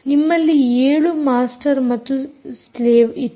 ನಿಮ್ಮಲ್ಲಿ 7 ಮಾಸ್ಟರ್ ಮತ್ತು ಸ್ಲೇವ್ ಇತ್ತು